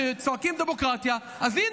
שצועקים "דמוקרטיה" אז הינה,